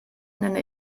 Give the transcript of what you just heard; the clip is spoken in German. nenne